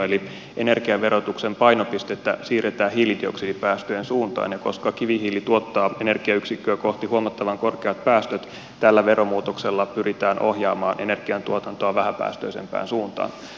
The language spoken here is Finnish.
eli energiaverotuksen painopistettä siirretään hiilidioksidipäästöjen suuntaan ja koska kivihiili tuottaa energiayksikköä kohti huomattavan korkeat päästöt tällä veromuutoksella pyritään ohjaamaan energiantuotantoa vähäpäästöisempään suuntaan